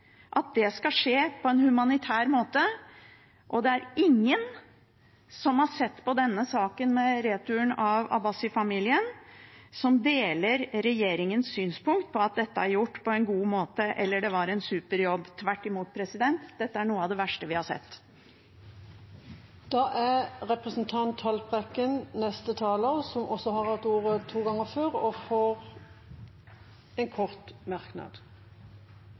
det skje på en humanitær måte. Det er ingen som har sett på denne saken, med retur av Abbasi-familien, som deler regjeringens synspunkt om at dette er gjort på en god måte, eller at det var en super jobb. Tvert imot, dette er noe av det verste vi har sett. Representanten Lars Haltbrekken har hatt ordet to ganger tidligere og får ordet til en kort merknad,